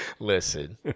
Listen